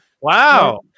Wow